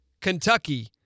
Kentucky